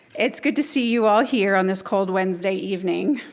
it's good to see you all here on this cold wednesday evening.